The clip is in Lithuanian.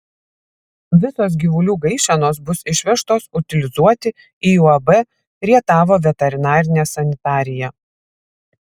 visos gyvulių gaišenos bus išvežtos utilizuoti į uab rietavo veterinarinė sanitarija